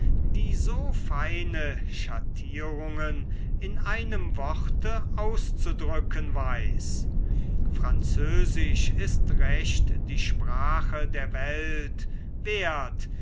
die so feine schattierungen in einem worte auszudrücken weiß französisch ist recht die sprache der welt wert